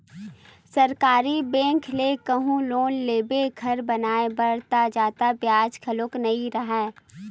सरकारी बेंक ले कहूँ लोन लेबे घर बनाए बर त जादा बियाज घलो नइ राहय